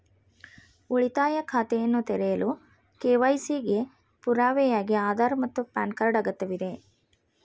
ಉಳಿತಾಯ ಖಾತೆಯನ್ನು ತೆರೆಯಲು ಕೆ.ವೈ.ಸಿ ಗೆ ಪುರಾವೆಯಾಗಿ ಆಧಾರ್ ಮತ್ತು ಪ್ಯಾನ್ ಕಾರ್ಡ್ ಅಗತ್ಯವಿದೆ